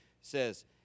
says